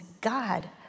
God